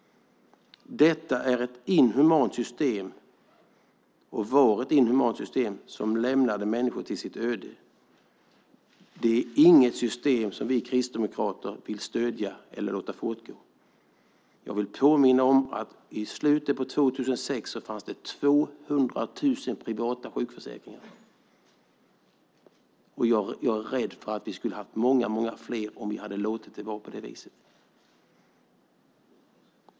Det var och är ett inhumant system som lämnade och lämnar människor åt sitt öde. Det är inget system vi kristdemokrater vill stödja eller låta fortgå. Jag vill påminna om att det i slutet av 2006 fanns 200 000 privata sjukförsäkringar. Jag är rädd att det skulle ha funnits många fler om vi hade låtit det vara på det viset.